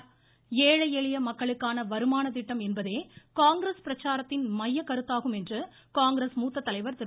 ஆனந்த் ஷர்மா ஏழை எளிய மக்களுக்கான வருமானத்திட்டம் என்பதே காங்கிரஸ் பிரச்சாரத்தின் மையக்கருத்தாகும் என்று காங்கிரஸ் தலைவர் திரு